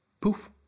Poof